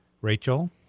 Rachel